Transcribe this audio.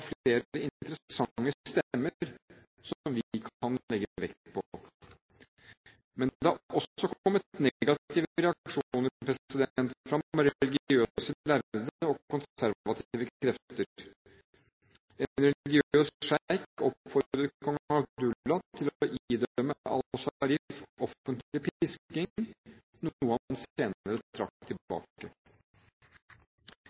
interessante stemmer som vi kan legge vekt på. Men det har også kommet negative reaksjoner fra religiøse lærde og konservative krefter. En religiøs sjeik oppfordret kong Abdullah til å idømme al-Sharif offentlig pisking, noe han senere trakk